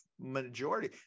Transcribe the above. majority